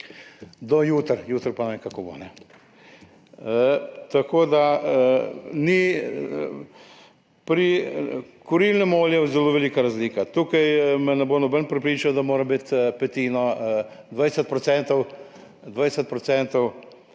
do jutri, jutri pa ne vem, kako bo. Pri kurilnem olju je zelo velika razlika, tukaj me ne bo noben prepričal, da mora biti petina, 20